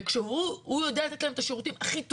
והוא יודע לתת להם את השירותים הכי טוב,